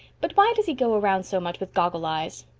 but why does he go around so much with goggle-eyes?